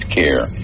care